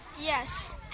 Yes